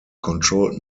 controlled